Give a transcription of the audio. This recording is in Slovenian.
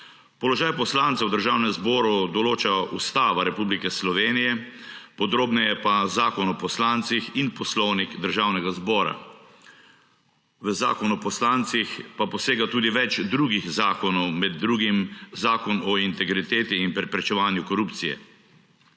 Položaj poslancev v Državnem zboru določa Ustava Republike Slovenije, podrobneje pa Zakon o poslancih in Poslovnik Državnega zbora. V Zakon o poslancih pa posega tudi več drugih zakonov, med drugim Zakon o integriteti in preprečevanju korupcije.